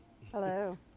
Hello